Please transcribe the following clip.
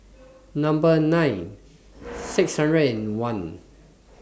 Number nine six hundred and one